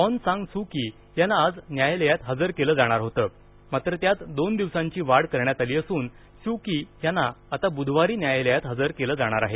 आँग San Suu Kyi यांना आज न्यायालयात हजर केलं जाणार होतं मात्र त्यात दोन दिवसांची वाढ करण्यात आली असून सू की यांना आता बुधवारी न्यायालयात हजर केलं जाणार आहे